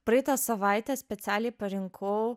praeitą savaitę specialiai parinkau